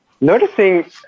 Noticing